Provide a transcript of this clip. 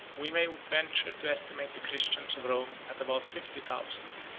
we may venture to estimate the christians of rome at about fifty thousand.